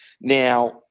Now